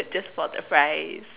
just for the fries